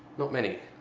not many.